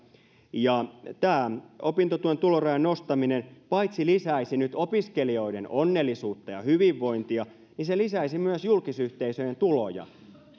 tämä opintotuen tulorajan nostaminen paitsi lisäisi nyt opiskelijoiden onnellisuutta ja hyvinvointia lisäisi myös julkisyhteisöjen tuloja